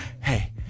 Hey